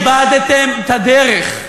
אתם איבדתם את הדרך,